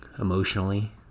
emotionally